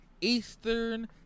Eastern